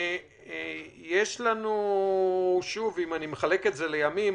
אם אני מחלק את זה לימים,